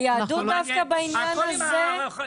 היהדות דווקא בעניין הזה